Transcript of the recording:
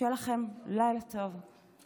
שיהיה לכם לילה טוב.